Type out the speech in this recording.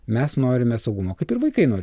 mes norime saugumo kaip ir vaikai nori